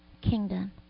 kingdom